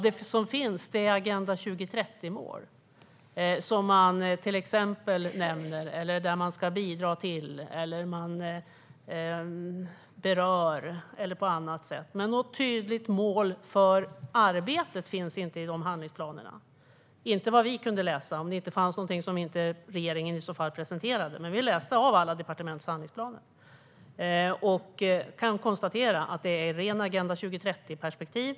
Det som finns är Agenda 2030mål, som man nämner att man ska bidra till eller berör på annat sätt. Men något tydligt mål för arbetet finns inte i handlingsplanerna vad vi kunde läsa, om det inte fanns någonting som regeringen inte presenterade. Vi har läst alla departements handlingsplaner och kan konstatera att det är ett rent Agenda 2030-perspektiv.